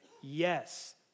yes